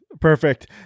perfect